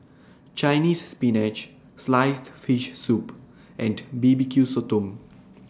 Chinese Spinach Sliced Fish Soup and B B Q Sotong